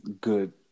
good